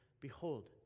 behold